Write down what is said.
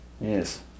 Yes